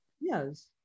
yes